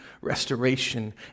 restoration